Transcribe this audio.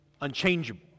unchangeable